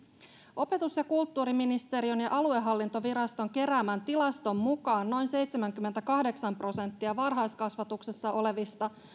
opetus ja kulttuuriministeriön ja ja aluehallintoviraston keräämän tilaston mukaan noin seitsemänkymmentäkahdeksan prosenttia varhaiskasvatuksessa olevista